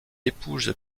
épouse